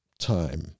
time